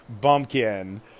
bumpkin